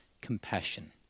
compassion